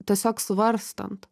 tiesiog svarstant